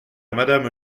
madame